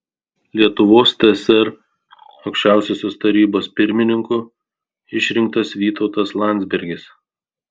lietuvos tsr aukščiausiosios tarybos pirmininku išrinktas vytautas landsbergis